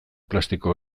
plastiko